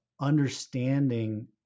understanding